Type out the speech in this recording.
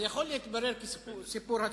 זה יכול להתברר כסיפור הצלחה.